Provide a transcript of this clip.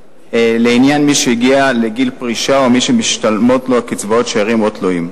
לעניין מי שהגיע לגיל פרישה ומי שמשתלמות לו קצבאות שאירים או תלויים.